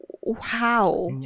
wow